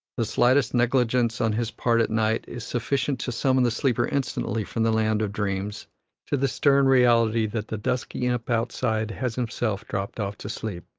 the slightest negligence on his part at night is sufficient to summon the sleeper instantly from the land of dreams to the stern reality that the dusky imp outside has himself dropped off to sleep.